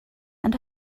and